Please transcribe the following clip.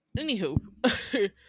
anywho